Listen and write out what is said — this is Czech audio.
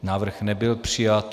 Návrh nebyl přijat.